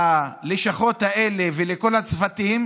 ללשכות האלה ולכל הצוותים,